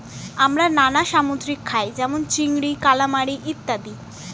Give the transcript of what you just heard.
আমরা নানা সামুদ্রিক খাই যেমন চিংড়ি, কালামারী ইত্যাদি